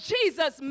Jesus